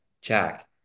jack